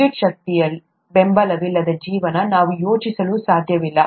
ವಿದ್ಯುಚ್ಛಕ್ತಿಯ ಬೆಂಬಲವಿಲ್ಲದ ಜೀವನವನ್ನು ನಾವು ಯೋಚಿಸಲೂ ಸಾಧ್ಯವಿಲ್ಲ